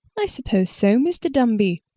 i suppose so, mr. dumby.